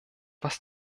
was